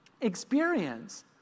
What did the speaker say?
experience